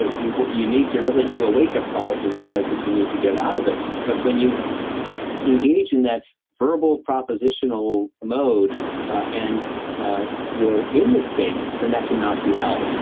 you but you need to really do a wake up call to realize that you need to get out of it. but when you engage in that verbal propositional mode and you're in the state, then that can knock you out.